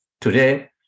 today